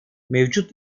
mevcut